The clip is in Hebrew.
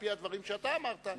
על-פי הדברים שאתה אמרת,